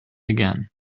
again